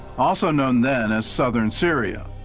also known then as southern syria.